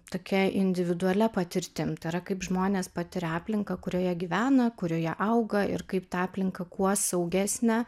tokia individualia patirtim tai yra kaip žmonės patiria aplinką kurioje gyvena kurioje auga ir kaip tą aplinką kuo saugesnę